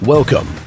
Welcome